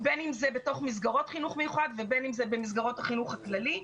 בין אם זה במסגרות חינוך מיוחד ובין אם זה במסגרות החינוך הכללי.